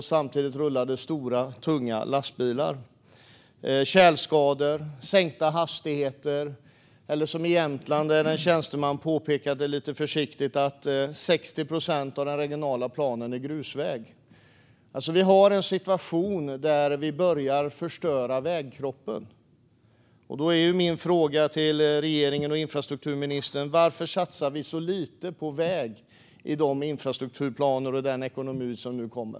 Samtidigt rullade det stora, tunga lastbilar. Det var tjälskador och sänkta hastigheter. I Jämtland påpekade en tjänsteman lite försiktigt att 60 procent av den regionala planen är grusväg. Vi har en situation där vi börjar förstöra vägkroppen. Då är min fråga till regeringen och infrastrukturministern: Varför satsar vi så lite på väg i de infrastrukturplaner och den ekonomi som nu kommer?